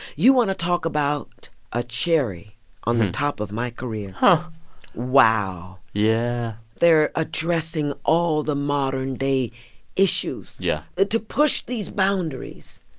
you want to talk about a cherry on the top of my career? and wow yeah they're addressing all the modern-day issues. yeah. to push these boundaries.